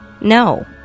no